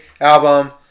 album